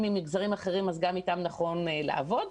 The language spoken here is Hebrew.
ממגזרים אחרים אז גם איתם נכון לעבוד.